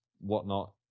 whatnot